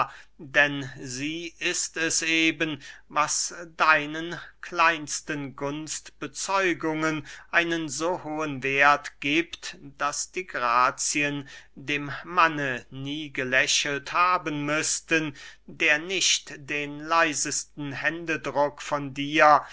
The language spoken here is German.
denn sie ist es eben was deinen kleinsten gunstbezeugungen einen so hohen werth giebt daß die grazien dem manne nie gelächelt haben müßten der nicht den leisesten händedruck von dir